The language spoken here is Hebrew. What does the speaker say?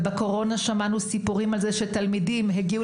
בקורונה שמענו סיפורים על זה שתלמידים הגיעו